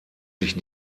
sich